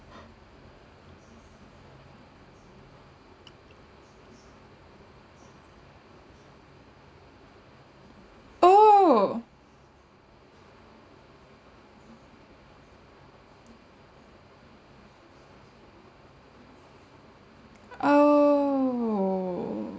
oh oh